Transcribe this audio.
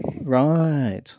Right